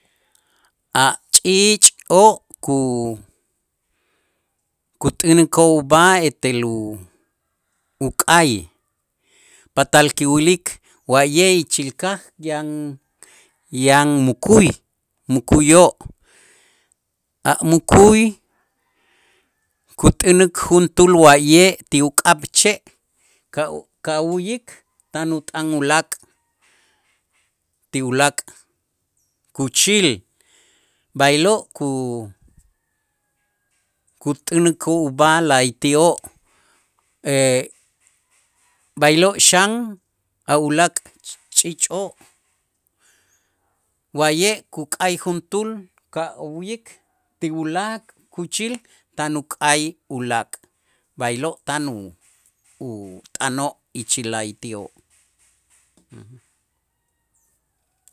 A' Ch'iich'oo' ku- kut'änikoo' ub'aj etel uu- k'ay patal kiwilik wa'ye' ichil kaj yan yan mukuy mukuyoo', a' mukuy kut'änik juntuul wa'ye' ti uk'ab' che' kaw- kawu'yik tan utan ulaak' ti ulaak' kuuchil b'aylo' ku- kut'änikoo' ub'aj la'ayti'oo', b'aylo' xan a ulaak' ch'iich'oo' wa'ye' kuk'ay juntuul kawu'yil ti ulaak' kuuchil tan uk'ay ulaak', b'aylo tan u- ut'anoo' ichil la'ayti'oo'.